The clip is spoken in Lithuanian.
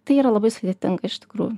tai yra labai sudėtinga iš tikrųjų